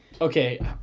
Okay